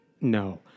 No